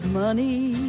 money